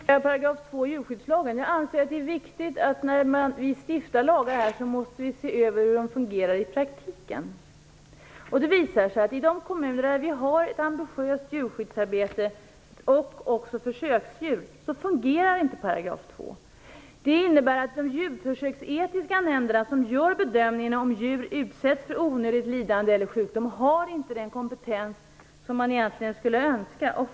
Fru talman! Jag vill kommentera 2 § i djurskyddslagen. Jag anser att det, när vi stiftar lagar, är viktigt att se över hur de fungerar i praktiken. Det visar sig att 2 § inte fungerar i de kommuner där det finns ett ambitiöst djurskyddsarbete och också försöksdjur. Det innebär att de djurförsöksetiska nämnder som gör bedömningen av om djur utsätts för onödigt lidande eller sjukdom inte har den kompetens som man egentligen skulle önska att de hade.